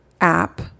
app